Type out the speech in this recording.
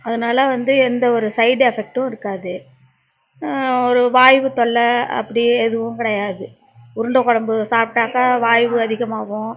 அதனால வந்து எந்த ஒரு சைடு எஃபெக்டும் இருக்காது ஒரு வாய்வு தொல்லை அப்படி எதுவும் கிடையாது உருண்டை குழம்பு சாப்பிடாக்கா வாய்வு அதிகமாகும்